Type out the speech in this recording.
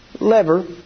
lever